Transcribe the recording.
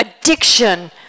addiction